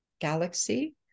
galaxy